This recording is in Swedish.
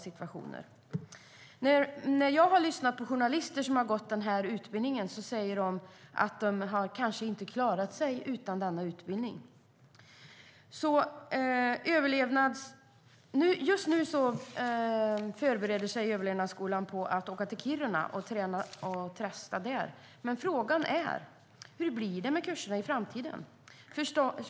Journalister som jag har lyssnat på och som har gått utbildningen säger att de kanske inte skulle ha klarat sig utan denna utbildning. Just nu förbereder sig överlevnadsskolan på att åka till Kiruna och träna där, men frågan är hur det blir med kurserna i framtiden.